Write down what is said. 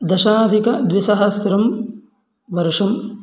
दशाधिकद्विसहस्रं वर्षम्